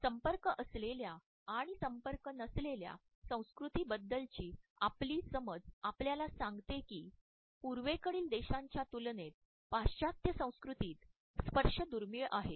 संपर्क असलेल्या आणि संपर्क नसलेल्या संस्कृतींबद्दलची आपली समज आपल्याला सांगते की पूर्वेकडील देशांच्या तुलनेत पाश्चात्य संस्कृतीत स्पर्श दुर्मिळ आहे